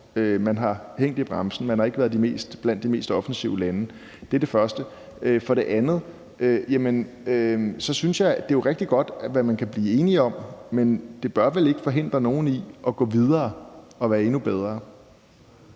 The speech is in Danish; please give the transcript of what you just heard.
Man har hængt i bremsen. Man har ikke været blandt de mest offensive lande. Det var det første. For det andet vil jeg sige, at jeg synes, at det jo er rigtig godt, at man kan blive enige om noget, men det bør vel ikke forhindre nogen i at gå videre og være endnu bedre?